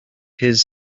his